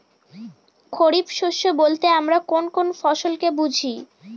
খরিফ শস্য বলতে আমরা কোন কোন ফসল কে বুঝি?